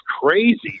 crazy